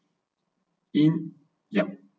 in yup